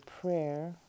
prayer